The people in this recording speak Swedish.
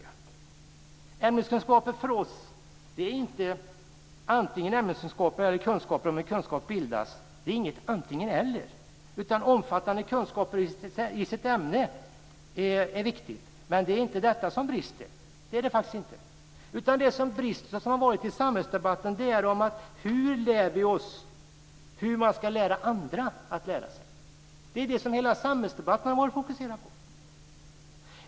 För oss handlar det inte om antingen-eller när det gäller ämneskunskaper och kunskaper om hur kunskap bildas. Att ha omfattande kunskaper i sitt ämne är viktigt, men det är faktiskt inte detta som brister. Det som brister och som har varit uppe i samhällsdebatten är hur man lär sig hur man ska lära andra att lära sig. Det är det som hela samhällsdebatten har varit fokuserad på.